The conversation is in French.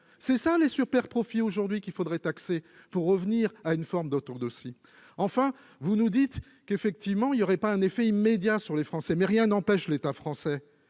c'est ça les superprofits profits aujourd'hui qu'il faudrait taxer pour revenir à une forme d'autant aussi, enfin, vous nous dites qu'effectivement il n'y aurait pas un effet immédiat sur les Français, mais rien n'empêche l'état français